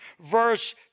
verse